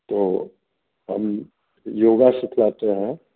तो हम योगा सिखलाते हैं